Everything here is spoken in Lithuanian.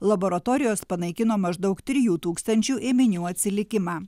laboratorijos panaikino maždaug trijų tūkstančių ėminių atsilikimą